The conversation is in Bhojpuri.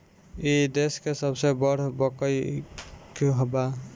ई देस के सबसे बड़ बईक बा